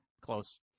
close